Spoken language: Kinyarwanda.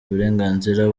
uburenganzira